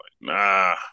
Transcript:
Nah